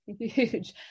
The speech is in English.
huge